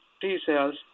T-cells